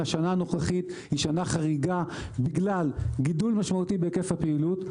השנה הנוכחית היא שנה חריגה בגלל גידול משמעותי בהיקף הפעילות,